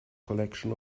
collection